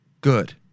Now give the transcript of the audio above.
good